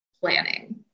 planning